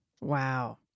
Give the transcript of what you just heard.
Wow